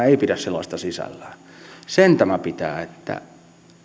ei pidä sellaista sisällään sen tämä pitää että